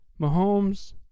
Mahomes